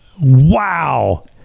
Wow